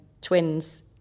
twins